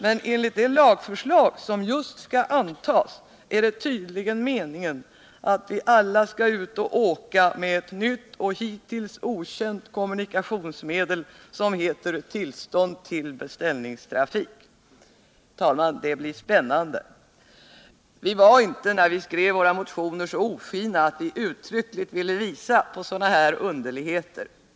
Men enligt det lagförslag som just skall antas är det tydligen meningen att vi alla skall ut och åka med ett nytt och hittills okänt kommunikationsmedel, som heter ”tillstånd till beställningstrafik”. Det blir spännande. När vi skrev våra motioner var vi inte så ofina att vi uttryckligt skulle visa på sådana här underligheter.